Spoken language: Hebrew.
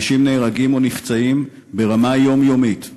אנשים נהרגים ונפצעים ברמה יומיומית,